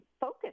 focus